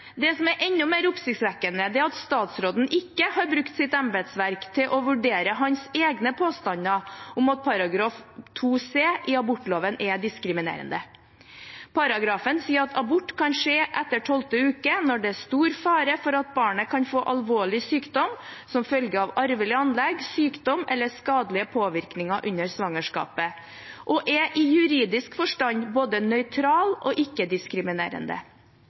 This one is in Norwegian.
Det som er enda mer oppsiktsvekkende, er at statsråden ikke har brukt sitt embetsverk til å vurdere sine egne påstander om at § 2 c i abortloven er diskriminerende. Paragrafen sier at abort kan skje etter tolvte uke når det er stor fare for at barnet kan få alvorlig sykdom som følge av arvelig anlegg, sykdom eller skadelige påvirkninger under svangerskapet, og er i juridisk forstand både nøytral og